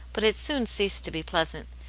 but it soon ceased to be pleasant.